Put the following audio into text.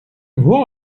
who